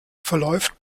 verläuft